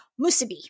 musubi